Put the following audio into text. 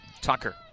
Tucker